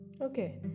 Okay